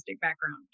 background